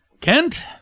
Kent